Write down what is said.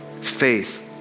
faith